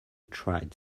tried